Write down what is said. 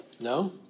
No